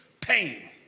pain